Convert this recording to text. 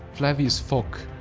flavius phoca,